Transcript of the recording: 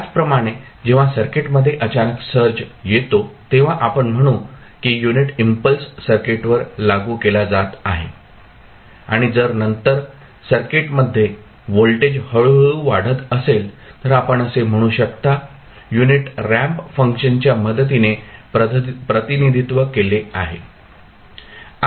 त्याचप्रमाणे जेव्हा सर्कीटमध्ये अचानक सर्ज येतो तेव्हा आपण म्हणू की युनिट इम्पल्स सर्किटवर लागू केला जात आहे आणि जर नंतर सर्किटमध्ये व्होल्टेज हळूहळू वाढत असेल तर आपण असे म्हणू शकता युनिट रॅम्प फंक्शनच्या मदतीने प्रतिनिधित्व केले आहे